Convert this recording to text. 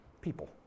People